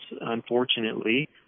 Unfortunately